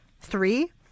three